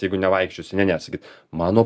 jeigu nevaikščiosi ne ne mano